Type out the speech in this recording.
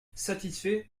satisfait